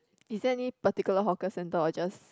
is there any particular hawker center or just